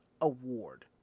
award